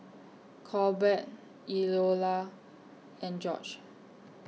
Corbett Eola and George